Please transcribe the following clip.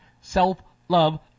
self-love